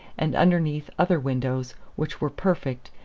and underneath other windows, which were perfect,